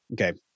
Okay